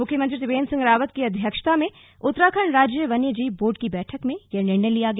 मुख्यमंत्री त्रिवेन्द्र सिंह रावत की अध्यक्षता में उत्तराखंड राज्य वन्य जीव बोर्ड की बैठक में यह निर्णय लिया गया